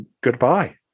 goodbye